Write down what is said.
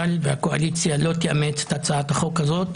והקואליציה לא תאמצנה את הצעת החוק הזו,